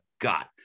got